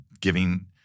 giving